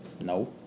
No